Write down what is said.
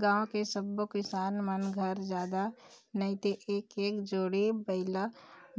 गाँव के सब्बो किसान मन घर जादा नइते एक एक जोड़ी बइला